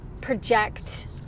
project